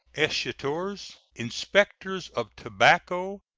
escheators, inspectors of tobacco,